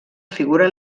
figura